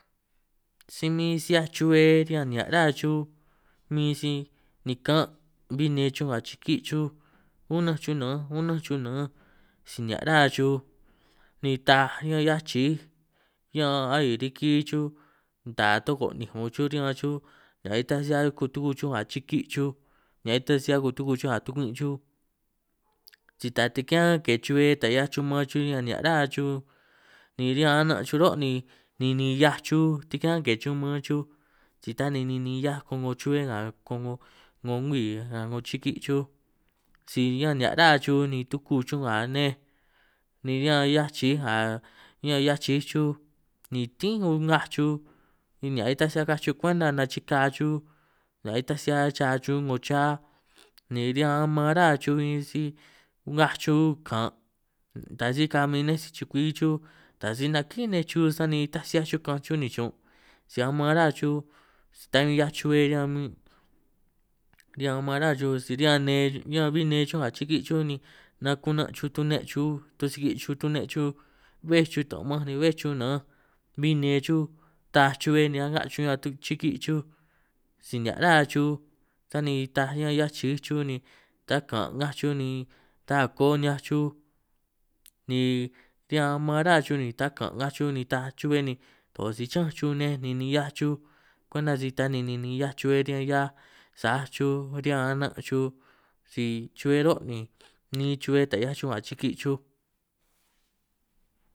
Si min si 'hiaj chubbe riñan nihia' chuj mi si nikan' bin nne chuj nga chiki chuj unanj chuj nanj unanj chuj nanj, si nihia' ra chuj ni taaj ñan 'hiaj chij ñan a'i riki chuj ta toko ninj ñun chuj riñan chuj nitaj si 'hiaj si kutuku chuj nga chiki chuj, a nita si 'hia kutuku chuj nga tukwin' chuj si ta tikán ke chubbe taj 'hiaj chuj maan chuj ñan nihia' ra chuj, ni riñan a'nan' chuj ro' ni ninin' 'hiaj chuj tikán ke chuj maan chuj si ta ninin ni 'hiaj 'ngo chubbe nga 'ngo 'ngo ngwi, nga 'ngo chiki chuj si ñan nihia' ra chuj ni tuku chuj nga nej, ni ñan 'hiaj chij a ñan 'hiaj chij chuj ni tínj u ngaj chuj ni a' nitaj si akaj chuj kwenta nachikaj chuj a', nitaj si 'hia cha chuj 'ngo cha ni riñan aman ra chuj bin si ngaj chuj kan' nda si ka'min nej sichu'kwui chuj ta si nakín nej chuj sani itaj si 'hiaj chuj ka'anj chuj nichun', si aman ra chuj ta bi 'hiaj chu'bbe riñan mmin' riñan aman ra chuj si riñan nne ñan bin nne chuj nga chiki chuj, ni nakuna chuj tune chuj tusiki' chuj tune chuj bbé chuj taman, ni bbé chuj nanj bin nne chuj taaj chubbe ni a'nga' chuj riñan chiki chuj, si nihia' ra chuj sani taaj ñan 'hiaj chi'i chuj ni ta kan' ngaj chuj ni ta ako 'hiaj chuj, ni riñan aman ra chuj ni nda kan' ngaj chuj ni taaj chubbe ni to' si chi'ñanj chuj nej, ni ninin 'hiaj chuj kwenta si ta ninin ninin 'hiaj chubbe riñan 'hiaj sa'aj chuj riñan a'nan' chuj, si chu'bbe ro' ni ni'in chu'bbe ta 'hiaj chuj nga chiki chuj.